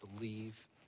Believe